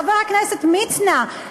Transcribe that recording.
חבר הכנסת מצנע,